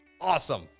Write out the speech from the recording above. awesome